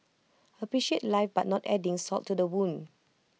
appreciate life but not adding salt to the wound